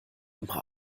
immer